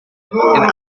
and